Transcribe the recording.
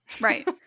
Right